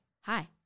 hi